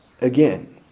again